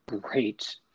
great